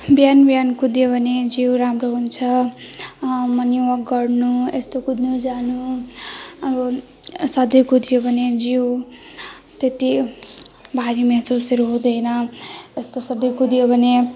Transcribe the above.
बिहान बिहान कुदियो भने जिउ राम्रो हुन्छ मर्निङ वाक गर्नु यस्तो कुद्नु जानु उयो सधैँ कुदियो भने जिउ त्यति भारी महसुसहरू हुँदैन यस्तो सधैँ कुदियो भने